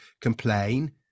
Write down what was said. complain